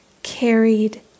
carried